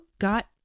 got